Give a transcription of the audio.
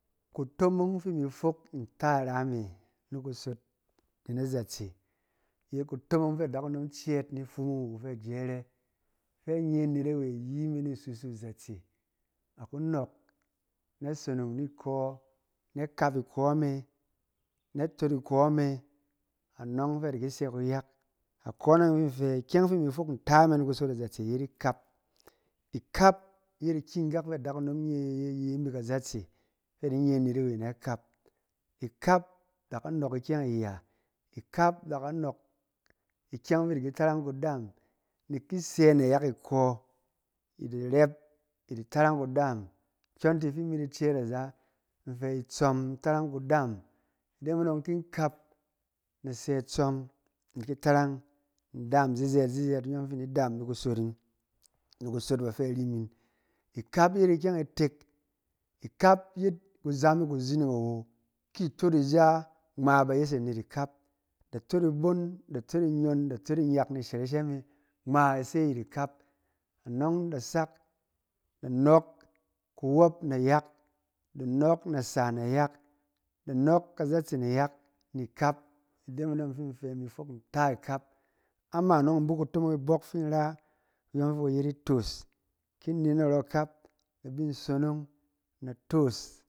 Kutomong fɛ imi fok nta ra me ni kusotꞌin nazatse yet kutomong fɛ adakunom cɛɛt ni fumung wu ifɛ ajɛrɛ, fɛ a nye anet-awe yime ni susung zatse. A ku nɔɔk na sonong ni kɔ, na kap ikɔ me, na tot ikɔ me, anɔng fɛ a di ki sɛ kuyak. Akone fi in di fɛ, ikyɛng fi in fok nta me ni kusot azatse yet ikap. Ikap yet ikyɛng kak fɛ adakunom nye ye-ye nɛk kazatse, fɛ a di nye anet-awe na kap. Ikap da ka nɔɔk ikyɛng iya. Ikap da ka nɔɔk ikyɛng fɛ i di ki tarang kudaam, nɛk ki sɛ nayak ikɔ, i da rɛp i di tarang kudaam, kyɔng tɛ fi imi di cɛɛt aza, in fɛ itsɔm tarang kudaam. Ide me dɔng ki in kap, na sɛ itsɔm in di tarang ndaam zizɛɛt zizɛɛt iyɔng fi i ki daam ni kusotꞌin, ni kusot bafɛ ari min. Ikap yet ikyɛng itek, ikap yet kuzam e kuzining awo, ki itot ija ngma ba yes anet ikap, da tot íbong, da tot ínyon, da tot ínyak ni ishɛrɛshɛ me, ngma i se ayɛt ikap. Anɔng da sak da nɔɔk kuwɔp nayak, da nɔɔk nasa nayak, da nɔɔk kazatse nayak ni kap. Ide me dɔng fi in fɛ, imi fok nta ikap. Ama nɔng in bi kutomong ibɔk fin in ra, kuyɔng fɛ ku yet itos. Ki in ne naro ikap, na bin sonong, na tos.